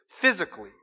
physically